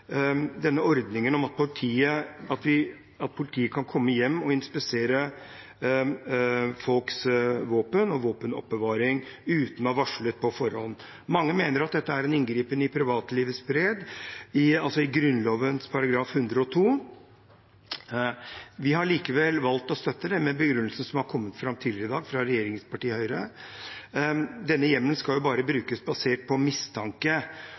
denne ordningen med at politiet skal kunne komme hjem og inspisere folks våpen og våpenoppbevaring uten å ha varslet på forhånd. Mange mener at dette er en inngripen i privatlivets fred i henhold til Grunnloven § 102. Vi har likevel valgt å støtte det med den begrunnelsen som har kommet fram tidligere i dag fra regjeringspartiet Høyre. Denne hjemmelen skal bare brukes basert på mistanke.